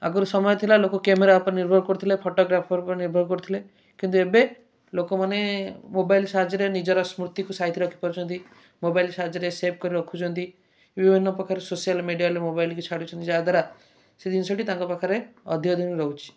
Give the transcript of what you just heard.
ଆଗରୁ ସମୟ ଥିଲା ଲୋକ କ୍ୟାମେରା ଉପରେ ନିର୍ଭର କରୁଥିଲେ ଫଟୋଗ୍ରାଫର୍ ଉପରେ ନିର୍ଭର କରୁଥିଲେ କିନ୍ତୁ ଏବେ ଲୋକମାନେ ମୋବାଇଲ୍ ସାହଯ୍ୟରେ ନିଜର ସ୍ମୃତିକୁ ସାଇତି ରଖିପାରୁଛନ୍ତି ମୋବାଇଲ୍ ସାହଯ୍ୟରେ ସେଭ୍ କରି ରଖୁଛନ୍ତି ବିଭିନ୍ନ ପ୍ରକାର ସୋସିଆଲ୍ ମିଡ଼ିଆଲ୍ ମୋବାଇଲ୍କି ଛାଡ଼ୁଛନ୍ତି ଯାହାଦ୍ୱାରା ସେ ଜିନିଷଟି ତାଙ୍କ ପାଖରେ ଅଧିକ ଦିନ ରହୁଛି